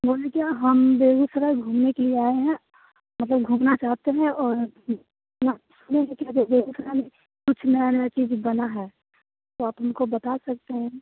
बोले क्या हम बेगूसराय घूमने के लिए आए हैं मतलब घूमना चाहते हैं और कि क्या है मैम कुछ नया नया चीज़ बना है तो आप हमको बता सकते हैं